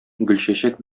гөлчәчәк